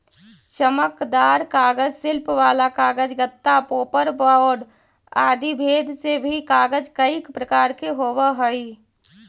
चमकदार कागज, शिल्प वाला कागज, गत्ता, पोपर बोर्ड आदि भेद से भी कागज कईक प्रकार के होवऽ हई